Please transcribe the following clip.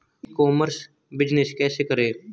ई commerce business कैसे करें?